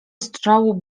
strzału